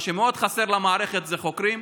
מה שמאוד חסר למערכת זה חוקרים.